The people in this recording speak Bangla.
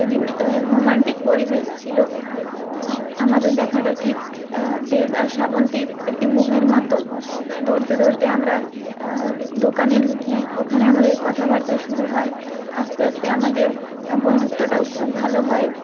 সেদিন রোমান্টিক পরিবেশ ছিল আমাদের দেখাটা ঠিক দেব আর শ্রাবন্তীর একটি মুভির মত দৌড়োতে দৌড়োতে আমরা দোকানে ঢুকি ওখানে আমাদের কথাবার্তা শুরু হয় আস্তে আস্তে আমাদের বন্ধুত্বটাও খুব ভালো হয়